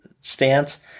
stance